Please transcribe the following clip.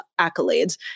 accolades